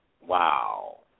Wow